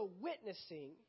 witnessing